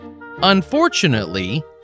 Unfortunately